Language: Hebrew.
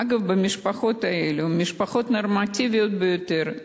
אגב, במשפחות האלו, משפחות נורמטיביות ביותר,